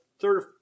third